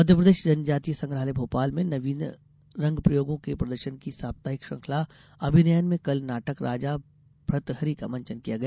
मध्यप्रदेश जनजातीय संग्रहालय भोपाल में नवीन रंगप्रयोगों के प्रदर्शन की साप्ताहिक श्रृंखला अभिनयन में कल नाटक राजा भर्तृहरी का मंचन किया गया